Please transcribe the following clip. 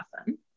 awesome